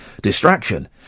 distraction